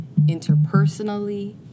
interpersonally